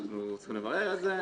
אנחנו צריכים לברר את זה.